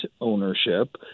ownership